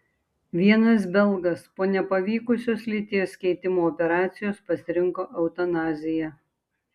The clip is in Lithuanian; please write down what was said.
vienas belgas po nepavykusios lyties keitimo operacijos pasirinko eutanaziją